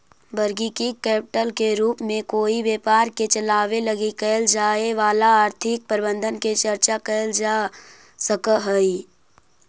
working capital के रूप में कोई व्यापार के चलावे लगी कैल जाए वाला आर्थिक प्रबंधन के चर्चा कैल जा सकऽ हई